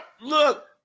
look